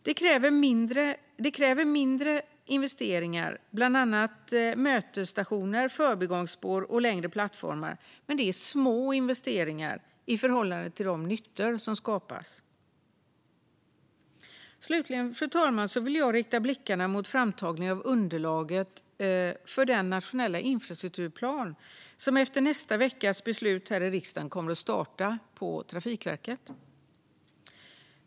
Det kräver mindre investeringar, bland annat i mötesstationer, förbigångsspår och längre plattformar, men det är små investeringar i förhållande till de nyttor som skapas. Slutligen, fru talman, vill jag rikta blickarna mot framtagandet av underlaget för den nationella infrastrukturplan som efter nästa veckas beslut här i riksdagen kommer att starta på Trafikverket.